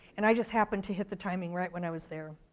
and i just happened to hit the timing right when i was there.